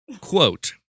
Quote